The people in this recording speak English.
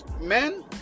men